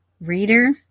reader